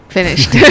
Finished